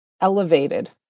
elevated